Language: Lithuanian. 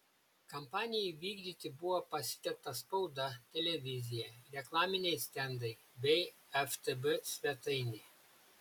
kampanijai vykdyti buvo pasitelkta spauda televizija reklaminiai stendai bei ftb svetainė